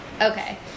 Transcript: Okay